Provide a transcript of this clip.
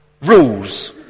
rules